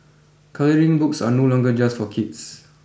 colouring books are no longer just for kids